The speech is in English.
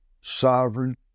sovereign